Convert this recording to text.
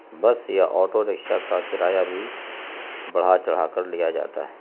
بس یا auto rickshaw کا کرایہ بھی بڑھا چڑھا کر لیا جاتا ہے